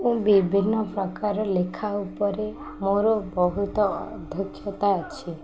ମୁଁ ବିଭିନ୍ନ ପ୍ରକାର ଲେଖା ଉପରେ ମୋର ବହୁତ ଅଧକ୍ଷତା ଅଛି